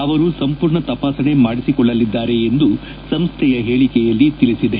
ಅವರು ಸಂಪೂರ್ಣ ತಪಾಸಣೆ ಮಾಡಿಸಿಕೊಳ್ಳಲಿದ್ದಾರೆ ಎಂದು ಸಂಸ್ಲೆಯ ಹೇಳಿಕೆಯಲ್ಲಿ ತಿಳಿಸಿದೆ